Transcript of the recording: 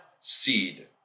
seed